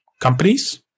companies